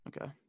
Okay